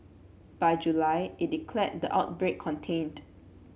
by July it declared the outbreak contained